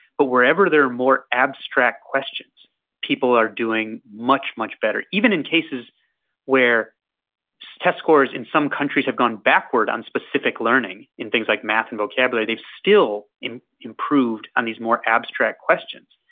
but wherever they're more abstract questions people are doing much, much better. even in cases where test scores in some countries have gone backward on specific learning in things like math and vocabulary they've still in improved on these more abstract questions.